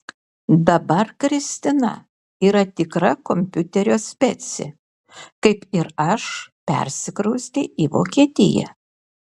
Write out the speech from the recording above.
dabar kristina yra tikra kompiuterio specė kaip ir aš ir persikraustė į vokietiją